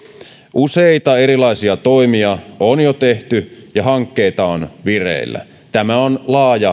useita erilaisia toimia on jo tehty ja hankkeita on vireillä tämä on laaja